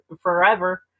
forever